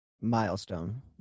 Milestone